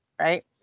Right